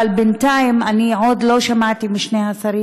אבל בינתיים אני עוד לא שמעתי משני השרים,